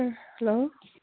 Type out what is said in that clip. hello